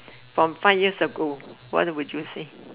from five years ago what would you say